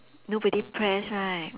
nobody press right